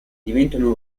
diventano